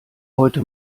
heute